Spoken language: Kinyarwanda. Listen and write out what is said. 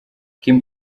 kim